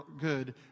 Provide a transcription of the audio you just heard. good